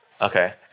Okay